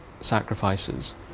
sacrifices